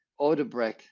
Odebrecht